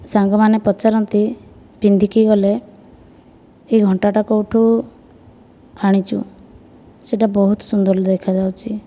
ସାଙ୍ଗମାନେ ପଚାରନ୍ତି ପିନ୍ଧିକି ଗଲେ ଏହି ଘଣ୍ଟାଟା କେଉଁଠୁ ଆଣିଛୁ ସେଇଟା ବହୁତ ସୁନ୍ଦର ଦେଖା ଯାଉଛି